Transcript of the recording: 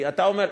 כי אתה אומר,